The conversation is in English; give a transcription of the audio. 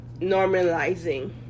normalizing